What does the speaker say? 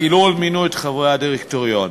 כי לא מינו את חברי הדירקטוריון.